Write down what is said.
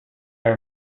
are